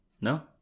No